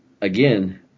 again